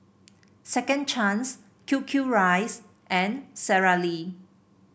Second Chance Q Q rice and Sara Lee